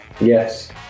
Yes